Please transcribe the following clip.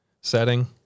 setting